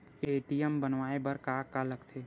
ATM बनवाय बर का का लगथे?